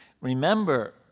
remember